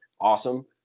Awesome